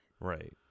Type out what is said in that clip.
Right